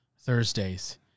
Thursdays